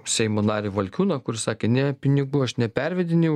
seimo narį valkiūną kuris sakė ne pinigų aš nepervedinėjau